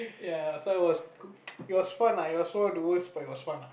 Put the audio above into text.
ya so I was it was fun lah it was one of the worst but it was fun lah